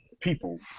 people